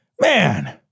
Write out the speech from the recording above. man